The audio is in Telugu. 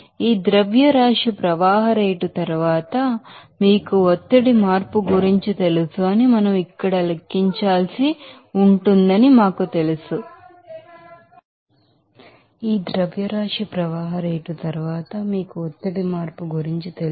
ఈ మాస్ ఫ్లో రేట్ తరువాత మీకు ప్రెషర్ చేంజ్ గురించి తెలుసు అని మనం లెక్కించాల్సి ఉంటుందని మాకు తెలుసు